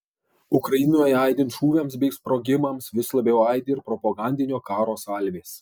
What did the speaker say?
ukrainoje aidint šūviams bei sprogimams vis labiau aidi ir propagandinio karo salvės